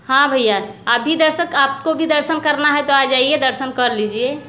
हाँ भैया आप भी दर्शक आपको भी दर्शन करना है तो आ जाइए दर्शन कर लीजिए